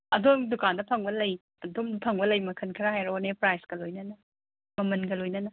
ꯑꯗꯣꯝꯒꯤ ꯗꯨꯀꯥꯟꯗ ꯐꯪꯕ ꯂꯩ ꯑꯗꯣꯝꯗ ꯐꯪꯕ ꯂꯩ ꯃꯈꯜ ꯈꯔ ꯍꯥꯏꯔꯛꯑꯣꯅꯦ ꯄ꯭ꯔꯥꯏꯁꯀ ꯂꯣꯏꯅꯅ ꯃꯃꯜꯒ ꯂꯣꯏꯅꯅ